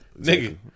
Nigga